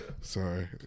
Sorry